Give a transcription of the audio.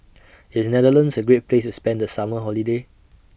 IS Netherlands A Great Place to spend The Summer Holiday